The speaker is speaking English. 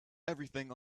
everything